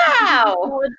Wow